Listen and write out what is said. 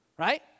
Right